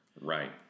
Right